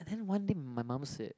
and then one thing my mum said